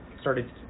started